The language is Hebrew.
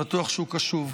אני בטוח שהוא קשוב.